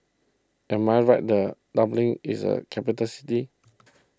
am I right that Dublin is a capital city